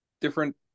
different